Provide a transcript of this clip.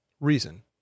reason